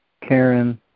Karen